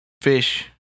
fish